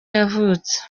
yavutse